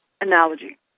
analogy